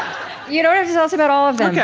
you don't have to tell us about all of them,